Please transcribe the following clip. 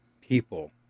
people